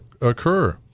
occur